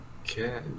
Okay